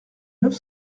neuf